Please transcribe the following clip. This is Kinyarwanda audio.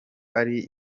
ari